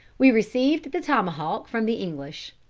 we received the tomahawk from the english.